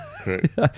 Correct